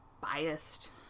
biased